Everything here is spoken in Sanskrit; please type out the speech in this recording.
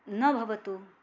न भवतु